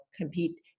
compete